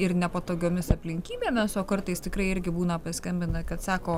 ir nepatogiomis aplinkybėmis o kartais tikrai irgi būna paskambina kad sako